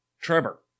Trevor